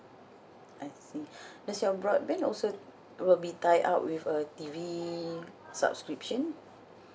I see does your broadband also will be tied up with a T_V subscription